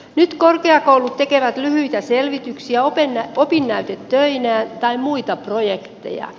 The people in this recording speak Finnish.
nyt korkeakoulut tekevät lyhyitä selvityksiä opinnäytetöinään tai muita projekteja